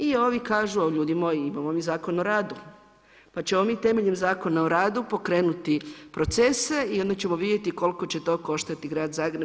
I ovi kažu ljudi moji, imamo mi Zakon o radu, pa ćemo mi temeljem Zakona o radu pokrenuti procese i onda ćemo vidjeti koliko će to koštati grad Zagreb.